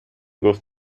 گفت